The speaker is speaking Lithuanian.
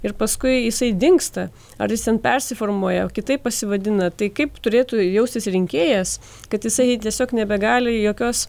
ir paskui jisai dingsta ar jis ten persiformuoja kitaip pasivadina tai kaip turėtų jaustis rinkėjas kad jisai tiesiog nebegali jokios